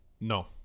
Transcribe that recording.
No